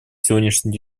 сегодняшней